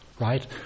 right